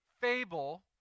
fable